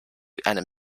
einem